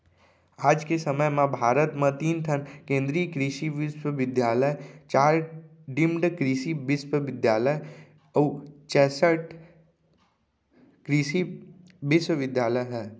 आज के समे म भारत म तीन ठन केन्द्रीय कृसि बिस्वबिद्यालय, चार डीम्ड कृसि बिस्वबिद्यालय अउ चैंसठ कृसि विस्वविद्यालय ह